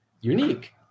unique